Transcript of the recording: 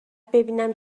ببینم